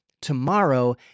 tomorrow